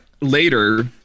later